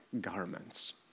garments